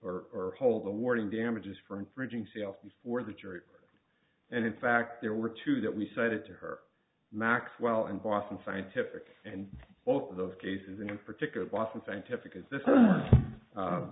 teach or hold the wording damages for infringing sales before the jury and in fact there were two that we cited to her maxwell and boston scientific and both of those cases in particular boston scientific is this